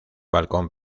balcón